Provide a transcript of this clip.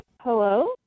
Hello